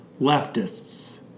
leftists